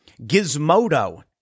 Gizmodo